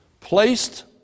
placed